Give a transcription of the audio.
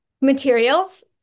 materials